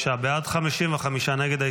45 בעד, 55 נגד.